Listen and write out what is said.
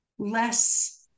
less